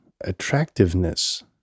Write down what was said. attractiveness